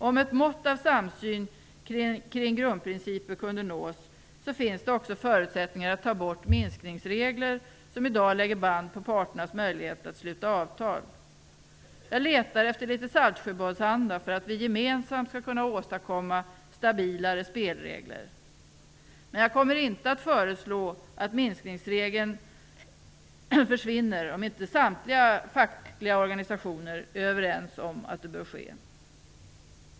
Om ett mått av samsyn kring grundprinciper kunde nås, finns det också förutsättningar att ta bort minskningsregler som i dag lägger band på parternas möjlighet att sluta avtal. Jag letar efter litet Saltsjöbadsanda för att vi gemensamt skall kunna åstadkomma stabilare spelregler. Jag kommer dock inte att föreslå att minskningsregeln försvinner om inte samtliga fackliga organisationer är överens om att så bör ske.